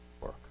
work